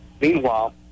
Meanwhile